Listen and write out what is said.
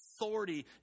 authority